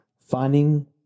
finding